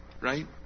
Right